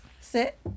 Sit